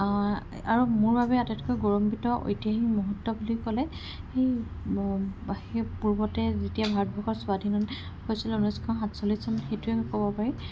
আৰু মোৰ বাবে আটাইতকৈ গৌৰাম্বিত ঐতিহাসিক মুহূৰ্ত বুলি ক'লে সেই পূৰ্বতে যেতিয়া ভাৰতবৰ্ষ স্বাধীন হৈছিলে ঊনৈছশ সাত চল্লিছ চন সেইটোৱে ক'ব পাৰি